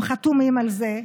הם חתומים על זה,